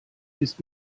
ist